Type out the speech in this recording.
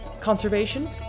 conservation